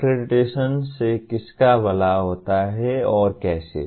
accreditation से किसका भला होता है और कैसे